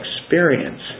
experience